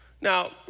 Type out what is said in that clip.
Now